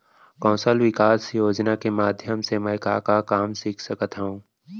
कौशल विकास योजना के माधयम से मैं का का काम सीख सकत हव?